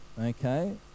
Okay